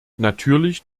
natürlich